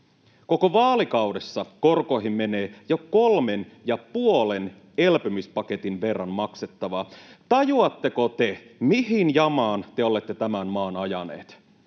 Koko vaalikaudessa korkoihin menee jo kolmen ja puolen elpymispaketin verran maksettavaa. Tajuatteko te, mihin jamaan te olette tämän maan ajaneet?